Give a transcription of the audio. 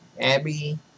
Abby